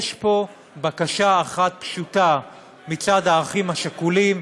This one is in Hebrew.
יש פה בקשה אחת פשוטה מצד האחים השכולים,